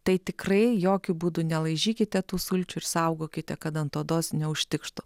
tai tikrai jokiu būdu nelaižykite tų sulčių ir saugokite kad ant odos neužtikštų